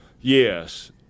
Yes